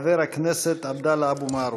חבר הכנסת עבדאללה אבו מערוף.